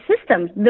systems